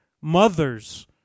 mothers